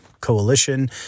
coalition